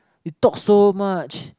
we talk so much